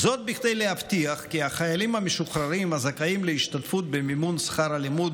כדי להבטיח כי החיילים המשוחררים הזכאים להשתתפות במימון שכר הלימוד